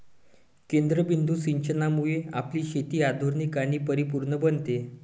केंद्रबिंदू सिंचनामुळे आपली शेती आधुनिक आणि परिपूर्ण बनते